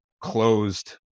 closed